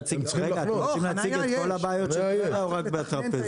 אתם רוצים להציג את כל הבעיות של טבריה או רק בטרפז?